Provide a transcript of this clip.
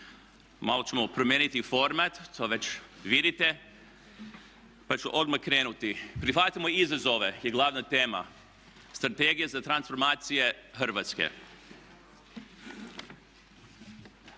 Malo ćemo promijeniti format, to već vidite, pa ću odmah krenuti. Prihvatimo izazove je glavna tema, strategije za transformacije Hrvatske.